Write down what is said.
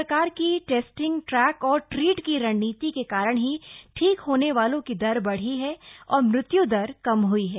सरकार की test track और ट्रीट की रणनीति के कारण ही ठीक होने वालो की दर बढी है और मृत्युदर कम हुई है